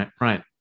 Right